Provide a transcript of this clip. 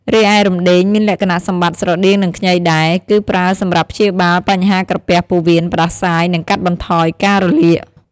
រីឯរំដេង មានលក្ខណៈសម្បត្តិស្រដៀងនឹងខ្ញីដែរ គឺប្រើសម្រាប់ព្យាបាលបញ្ហាក្រពះពោះវៀន ផ្តាសាយ និងកាត់បន្ថយការរលាក។